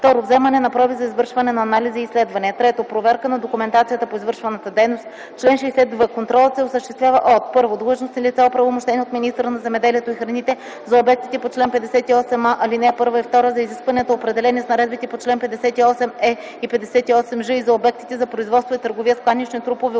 2. вземане на проби за извършване на анализи и изследвания; 3. проверка на документацията по извършваната дейност. Чл. 60в. Контролът се осъществява от: 1. длъжностни лица, оправомощени от министъра на земеделието и храните - за обектите по чл. 58а, ал. 1 и 2, за изискванията, определени с наредбите по чл. 58е и 58ж, и за обектите за производство и търговия с кланични трупове